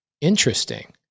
interesting